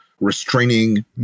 restraining